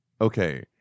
Okay